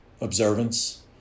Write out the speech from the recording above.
observance